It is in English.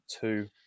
two